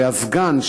והסגן,